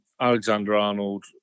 Alexander-Arnold